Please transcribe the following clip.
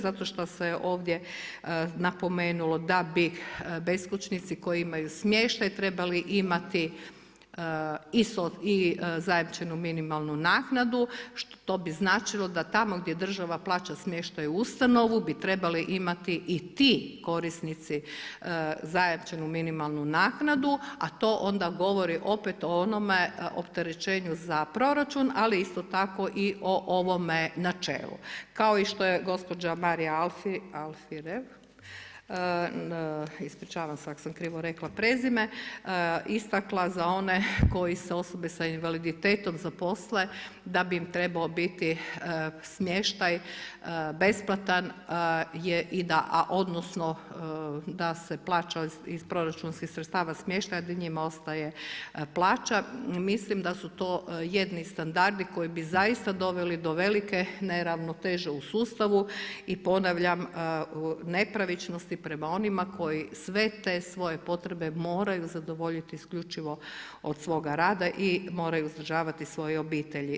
Zato što se ovdje napomenulo da bi beskućnici koji imaju smještaj trebali imati i zajamčenu minimalnu naknadu što bi značilo da tamo gdje država plaća smještaj u ustanovu bi trebali imati i ti korisnici zajamčenu minimalnu naknadu a to onda govori opet onome opterećenju za proračun ali isto tako i o ovome načelu kao i što je gospođa Marija Alfirev, istakla za one koji se osobe sa invaliditetom zaposle, da bi im trebao biti smještaj besplatan odnosno da se plaća iz proračunskih sredstva smještaj a da njima ostaje plaća, mislim da su to jedni standardi koji bi zaista doveli do velike neravnoteže u sustavu i ponavljam nepravičnosti prema onima koji sve te svoje potrebe moraju zadovoljiti isključivo od svoga rada i moraju uzdržavati svoje obitelji.